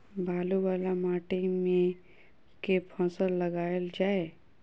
बालू वला माटि मे केँ फसल लगाएल जाए?